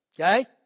Okay